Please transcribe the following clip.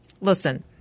listen—